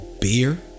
beer